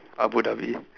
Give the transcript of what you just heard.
Abu Dhabi